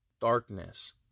darkness